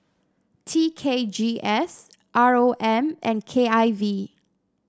T K G S R O M and K I V